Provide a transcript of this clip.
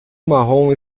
marrom